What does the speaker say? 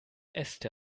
äste